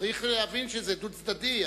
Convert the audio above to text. צריך להבין שזה דו-צדדי.